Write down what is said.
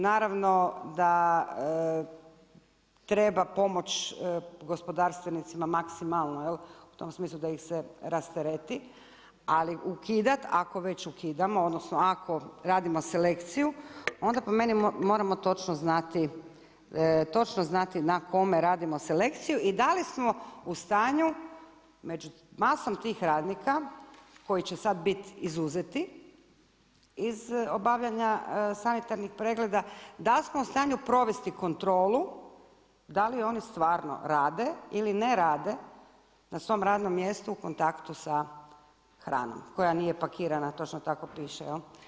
Naravno da treba pomoć gospodarstvenicima maksimalno u tom smislu da ih se rastereti ali ukidati ako već ukidamo, odnosno ako radimo selekciju, onda po meni moramo točno znati, točno znati na kome radimo selekciju i da li smo u stanju među masom tih radnika koji će sada biti izuzeti iz obavljanja sanitarnih pregleda da li smo u stanju provesti kontrolu, da li oni stvarno rade ili ne rade na svom radnom mjestu u kontaktu sa hranom koja nije pakirana, točno tako piše.